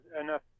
enough